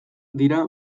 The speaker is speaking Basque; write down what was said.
dira